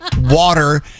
water